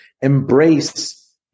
embrace